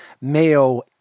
Mayo